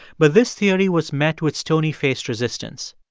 but this theory was met with stony-faced resistance.